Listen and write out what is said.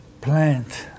plant